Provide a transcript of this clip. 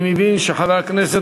אני מבין שחבר הכנסת